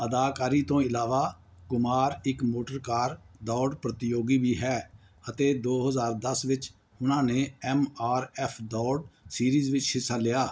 ਅਦਾਕਾਰੀ ਤੋਂ ਇਲਾਵਾ ਕੁਮਾਰ ਇੱਕ ਮੋਟਰ ਕਾਰ ਦੌੜ ਪ੍ਰਤੀਯੋਗੀ ਵੀ ਹੈ ਅਤੇ ਦੋ ਹਜ਼ਾਰ ਦਸ ਵਿੱਚ ਉਹਨਾਂ ਨੇ ਐੱਮ ਆਰ ਐੱਫ ਦੌੜ ਸੀਰੀਜ਼ ਵਿੱਚ ਹਿੱਸਾ ਲਿਆ